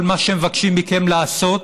כל מה שמבקשים מכם לעשות